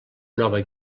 nova